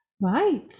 right